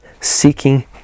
seeking